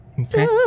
Okay